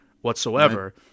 whatsoever